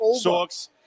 Socks